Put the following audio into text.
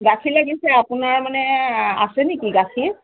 গাখীৰ লাগিছে আপোনাৰ মানে আছে নেকি গাখীৰ